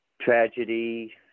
tragedy